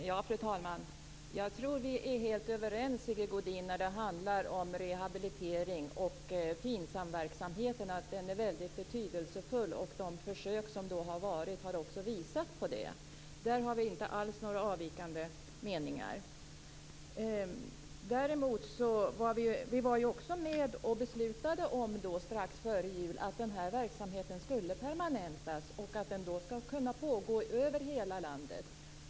Fru talman! Jag tror att vi är helt överens, Sigge Godin, när det handlar om rehabilitering och FINSAM-verksamheten. Den är mycket betydelsefull, och de försök som genomförts har också visat det. Där har vi inte alls någon avvikande mening. Vi var också med och beslutade strax före jul att den här verksamheten skall permanentas och att den skall kunna pågå över hela landet.